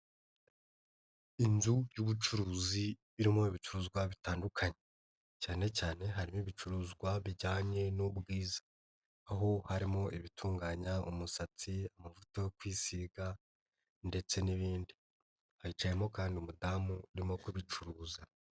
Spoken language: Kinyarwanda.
Inzu y'ubucuruzi irimo ibicuruzwa bitandukanye cyane cyane harimo ibicuruzwa bijyanye n'ubwiza. Aho harimo ibitunganya umusatsi, amavuta yo kwisiga ndetse n'ibindi. Hicayemo kandi umudamu urimo kubicuruza.